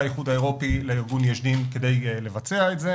האיחוד האירופי לארגון "יש דין" כדי לבצע את זה,